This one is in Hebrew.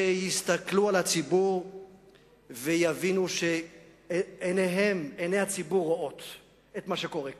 שיסתכלו על הציבור ויבינו שעיני הציבור רואות את מה שקורה כאן.